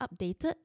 updated